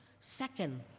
Second